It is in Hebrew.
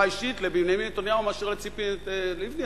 האישית לבנימין נתניהו מאשר לציפי לבני,